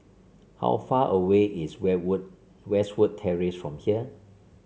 how far away is Westwood Terrace from here